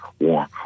warm